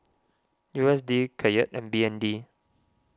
U S D Kyat and B N D